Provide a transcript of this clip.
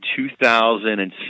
2007